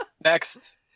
Next